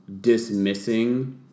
dismissing